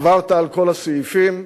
עברת על כל הסעיפים,